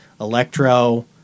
Electro